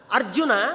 Arjuna